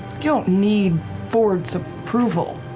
don't need fjord's approval